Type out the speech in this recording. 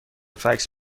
فکس